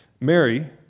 Mary